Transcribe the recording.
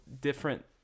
different